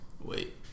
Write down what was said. Wait